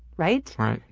right? right.